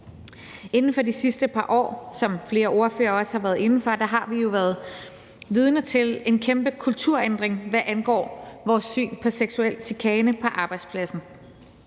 Inden for de sidste par år, som flere ordførere også været inde på, har vi jo været vidner til en kæmpe kulturændring, hvad angår vores syn på seksuel chikane på arbejdspladsen.